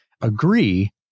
agree